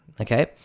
okay